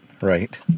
Right